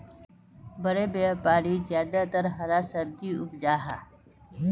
बड़े व्यापारी ज्यादातर हरा सब्जी उपजाहा